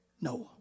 Noah